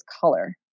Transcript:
color